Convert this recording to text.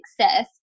success